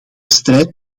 strijd